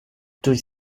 durch